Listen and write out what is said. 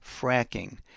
fracking